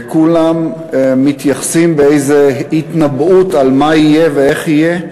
וכולם מתייחסים באיזה התנבאות על מה יהיה ואיך יהיה,